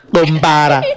Bombara